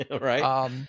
right